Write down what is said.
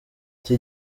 iki